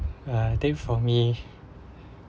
I think for me